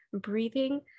breathing